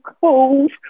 cold